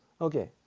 Okay